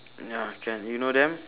ya can you know them